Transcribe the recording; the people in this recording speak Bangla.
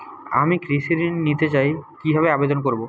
আমি কৃষি ঋণ নিতে চাই কি ভাবে আবেদন করব?